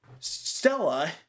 Stella